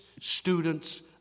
students